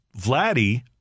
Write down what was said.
Vladdy